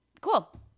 Cool